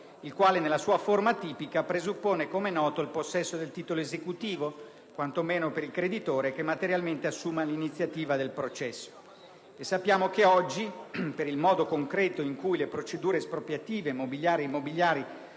il quale nella sua forma tipica presuppone - come è noto - il possesso del titolo esecutivo, quantomeno per il creditore che materialmente assume l'iniziativa del processo. E sappiamo che oggi, per il modo concreto in cui le procedure espropriative, mobiliari e immobiliari,